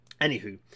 anywho